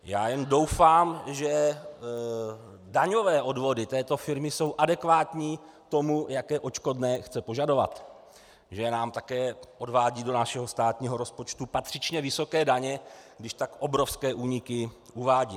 Já jen doufám, že daňové odvody této firmy jsou adekvátní tomu, jaké odškodné chce požadovat, že nám také odvádí do našeho státního rozpočtu patřičně vysoké daně, když tak obrovské úniky uvádí.